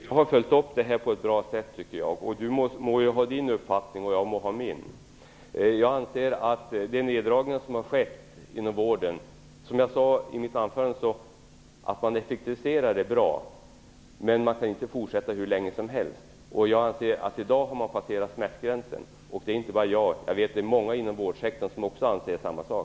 Herr talman! Jag har följt upp ämnet på ett bra sätt, tycker jag. Liselotte Wågö må ha sin uppfattning, och jag må ha min. Som jag sade i mitt anförande tycker jag att det är bra att man effektiviserar, men man kan inte fortsätt hur länge som helst. Jag anser att man har passerat smärtgränsen i dag. Det är inte bara jag som anser det; jag vet att det är många inom vårdsektorn som anser samma sak.